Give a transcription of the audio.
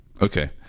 Okay